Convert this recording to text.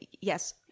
yes